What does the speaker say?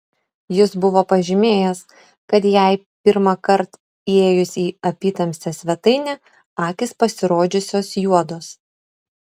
jis buvo pažymėjęs kad jai pirmąkart įėjus į apytamsę svetainę akys pasirodžiusios juodos